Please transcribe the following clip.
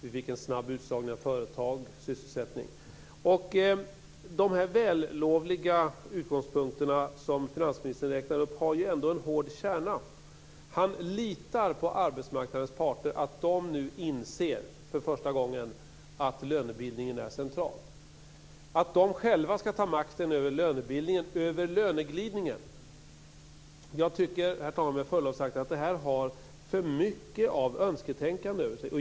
Vi fick en snabb utslagning av företag och sysselsättning. De vällovliga utgångspunkter som finansministern räknar upp har ändå en hård kärna. Han litar på att arbetsmarknadens parter nu för första gången inser att lönebildningen är central. De ska själva ta makten över lönebildningen och över löneglidningen. Herr talman! Jag tycker med förlov sagt att det har för mycket av önsketänkande över sig.